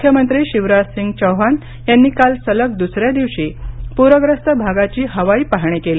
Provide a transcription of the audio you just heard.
मुख्यमंत्री शिवराजसिंग चौहान यांनी काल सलग दुसऱ्या दिवशी पूरग्रस्त भागाची हवाई पाहणी केली